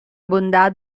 bondad